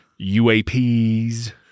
UAPs